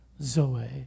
Zoe